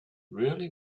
really